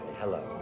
Hello